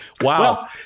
Wow